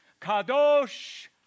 Kadosh